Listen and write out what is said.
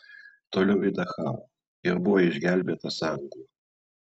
toliau į dachau ir buvo išgelbėtas anglų